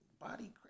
body